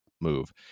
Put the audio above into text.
move